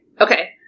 okay